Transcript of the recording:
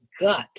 gut